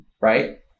Right